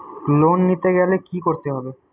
Loan নিতে গেলে কি করতে হবে?